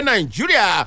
Nigeria